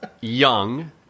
young